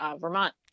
Vermont